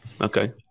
Okay